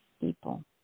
people